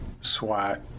SWAT